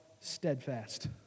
Steadfast